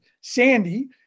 Sandy